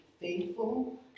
faithful